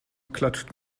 klatscht